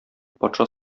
патша